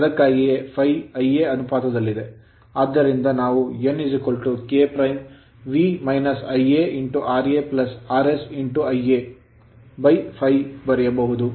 ಅದಕ್ಕಾಗಿಯೇ ∅ Ia ಅನುಪಾತದಲ್ಲಿದೆ ಆದ್ದರಿಂದ ನಾವು n K V Ia ra RS Ia ∅ ಬರೆಯಬಹುದು